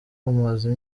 umaze